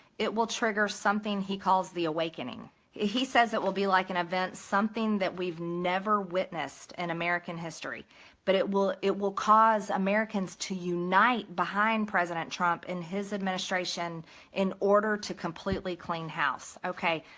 it will trigger something he calls the awakening he says it will be like an event, something that we've never witnessed in and american history but it will, it will cause americans to unite behind president trump and his administration in order to completely clean house. okay,